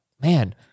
Man